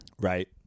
Right